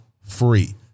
free